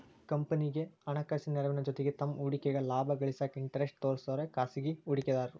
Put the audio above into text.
ಕಂಪನಿಗಿ ಹಣಕಾಸಿನ ನೆರವಿನ ಜೊತಿಗಿ ತಮ್ಮ್ ಹೂಡಿಕೆಗ ಲಾಭ ಗಳಿಸಾಕ ಇಂಟರೆಸ್ಟ್ ತೋರ್ಸೋರೆ ಖಾಸಗಿ ಹೂಡಿಕೆದಾರು